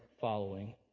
following